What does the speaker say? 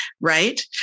right